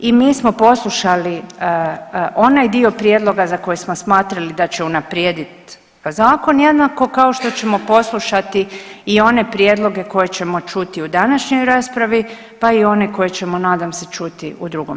I mi smo poslušali onaj dio prijedloga za koje smo smatrali da će unaprijediti zakon, jednako kao što ćemo poslušati i one prijedloge koje ćemo čuti u današnjoj raspravi, pa i one koje ćemo nadam se čuti u drugom čitanju.